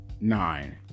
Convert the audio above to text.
Nine